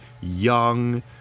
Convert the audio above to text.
young